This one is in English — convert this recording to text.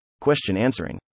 question-answering